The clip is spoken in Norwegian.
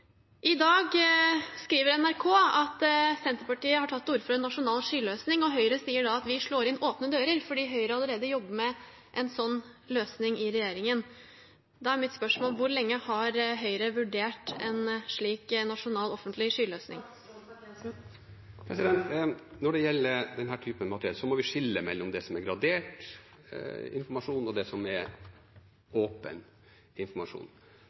I dag skriver NRK at Senterpartiet har tatt til orde for en nasjonal skyløsning, og Høyre sier da at vi slår inn åpne dører fordi Høyre allerede jobber med en sånn løsning i regjeringen. Da er mitt spørsmål: Hvor lenge har Høyre vurdert en slik nasjonal offentlig skyløsning? Når det gjelder denne typen materiell, må vi skille mellom det som er gradert informasjon, og det som er åpen informasjon.